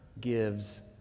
gives